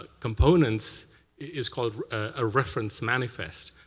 ah components is called a reference manifest.